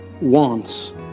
wants